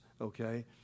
okay